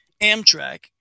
Amtrak